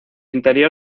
interior